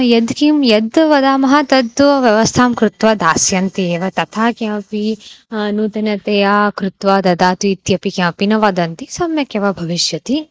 यद् किं यद् वदामः तद् व्यवस्थां कृत्वा दास्यन्ति एव तथा किमपि नूतनतया कृत्वा ददातु इत्यपि किमपि न वदन्ति सम्यक् एव भविष्यति